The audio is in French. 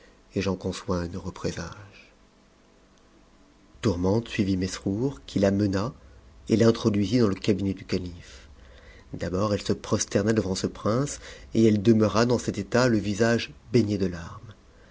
et j'en conçois un heureux présage tourmente suivit mesrour qui la mena et l'introduisit dans le cabinet du calife d'abord elle se prosterna devant ce prince et elle demeura dans cet état le visage baigné de larmes